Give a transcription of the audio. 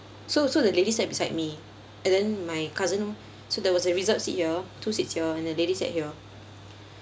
so so the lady sat beside me and then my cousin so there was a reserved seat here two seats here and the lady sat here